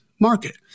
market